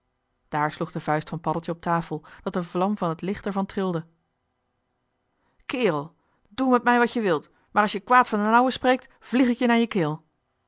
daar sloeg de vuist van paddeltje op tafel dat de vlam van het licht er van trilde kerel doe met mij wat je wilt maar als je kwaad van d'n ouwe spreekt vlieg ik je naar je keel